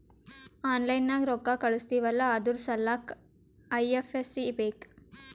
online ನಾಗ್ ರೊಕ್ಕಾ ಕಳುಸ್ತಿವ್ ಅಲ್ಲಾ ಅದುರ್ ಸಲ್ಲಾಕ್ ಐ.ಎಫ್.ಎಸ್.ಸಿ ಬೇಕ್